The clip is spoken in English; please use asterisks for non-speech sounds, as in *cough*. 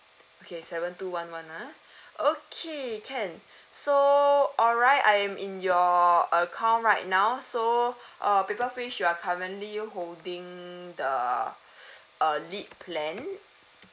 okay seven two one one ah *breath* okay can so alright I'm in your account right now so *breath* uh paper fish you are currently holding the *noise* elite plan